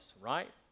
Right